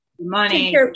Money